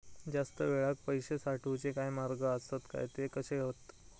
जास्त वेळाक पैशे साठवूचे काय मार्ग आसत काय ते कसे हत?